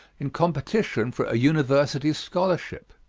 in competition for a university scholarship.